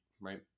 right